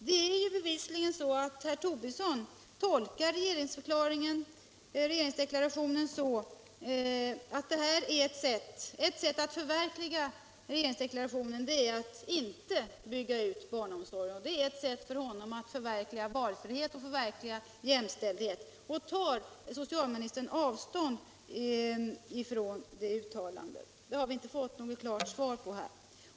Det är ju bevisligen så att herr Tobisson förklarade att ett sätt att förverkliga regeringsdeklarationen är att inte bygga ut barnomsorgen. Det var hans sätt att förverkliga strävandena mot valfrihet och jämställdhet. Tar socialministern avstånd från det uttalandet? Den frågan har vi inte fått något klart svar på här.